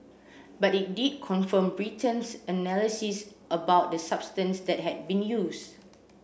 but it did confirm Britain's analysis about the substance that had been used